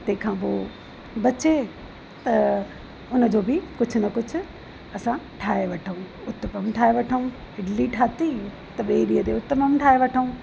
तंहिंखां पोइ बचे त उन जो बि कुझु न कुझु असां ठाहे वठूं उत्तपम ठाहे वठूं इडली ठाही त ॿिए ॾींहं ते उत्तपम ठाहे वठूं